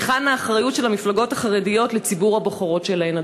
היכן האחריות של המפלגות החרדיות לציבור הבוחרות שלהן,